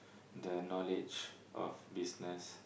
the knowledge of business